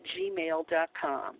gmail.com